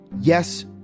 Yes